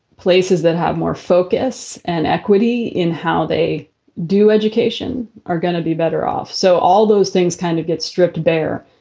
places that have more focus and equity in how they do education are going to be better off. so all those things kind of get stripped bare,